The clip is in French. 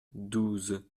douze